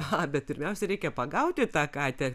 aha bet pirmiausia reikia pagauti tą katę